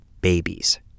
babies